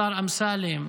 השר אמסלם,